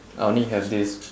I only have this